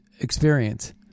experience